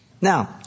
Now